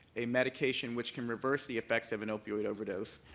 a medication which can reverse the effect of an opioid overdose,